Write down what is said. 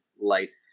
life